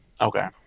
Okay